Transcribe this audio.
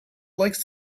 likes